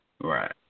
Right